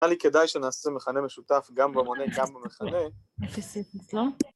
נראה לי כדאי שנעשה מכנה משותף, גם במונה, גם במכנה. אפס אפס, לא?